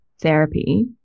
therapy